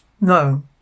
No